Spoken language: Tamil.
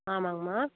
ஆமாங்மா